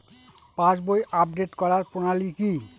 পাসবই update করার প্রণালী কি?